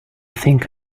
think